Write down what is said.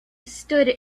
stood